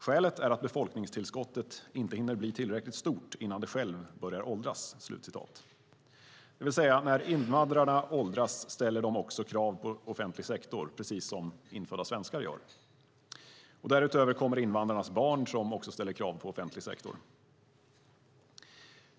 Skälet är att befolkningstillskottet inte hinner bli tillräckligt stort innan det själv börjar åldras." Det vill säga: När invandrarna åldras ställer de också krav på offentlig sektor, precis som infödda svenskar gör. Därutöver kommer invandrarnas barn som också ställer krav på offentlig sektor.